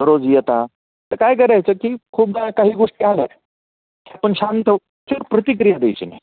रोज येता तर काय करायचं की खूपदा काही गोष्टी आल्या आपण शांत प्रतिक्रिया द्यायची नाही